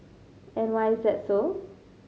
and why is that so